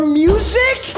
music